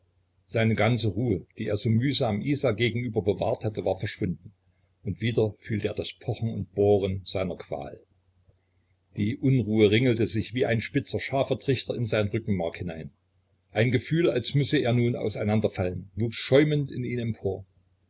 seine ganze ruhe die er so mühsam isa gegenüber bewahrt hatte war verschwunden und wieder fühlte er das pochen und bohren seiner qual die unruhe ringelte sich wie ein spitzer scharfer trichter in sein rückenmark hinein ein gefühl als müsse er nun auseinanderfallen wuchs schäumend in ihm empor